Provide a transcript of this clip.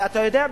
ואתה יודע,